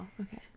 okay